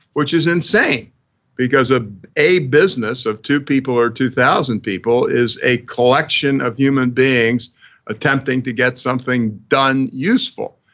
which is insane because of ah a, business of two people or two thousand people is a collection of human beings attempting to get something done useful.